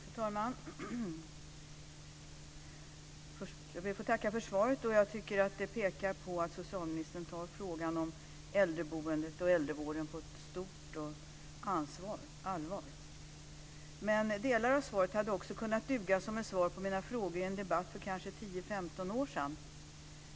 Fru talman! Jag ber att få tacka för svaret. Jag tycker att det pekar på att socialministern tar frågan om äldreboendet och äldrevården på ett stort allvar. Men delar av svaret hade också kunnat duga som ett svar på mina frågor i en debatt för kanske 10-15 år sedan.